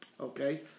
okay